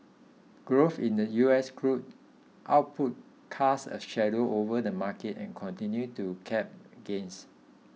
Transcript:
growth in the U S crude output cast a shadow over the market and continued to cap gains